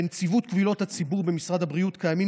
בנציבות קבילות הציבור במשרד הבריאות קיימים